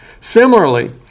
Similarly